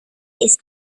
ist